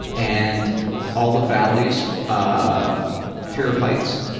and all the valleys. ah fear of heights?